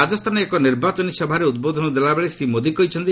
ରାଜସ୍ଥାନର ଏକ ନିର୍ବାଚନୀ ସଭାରେ ଉଦ୍ବୋଧନ ଦେଲାବେଳେ ଶ୍ରୀ ମୋଦି କହିଛନ୍ତି